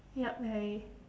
yup very